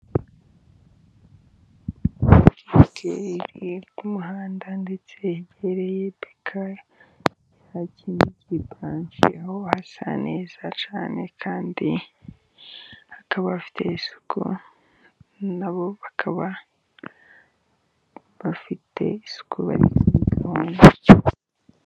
Hoteri iri k'umuhanda ndetse yegereye Beka, aho hasa neza cyane kandi hakaba hafite isuku hari umucyo.